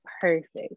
perfect